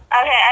Okay